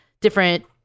different